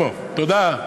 תודה.